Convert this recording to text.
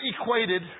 equated